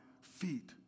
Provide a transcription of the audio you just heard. feet